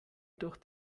durch